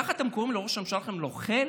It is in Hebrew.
ככה אתם קוראים לראש הממשלה שלכם, נוכל?